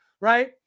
right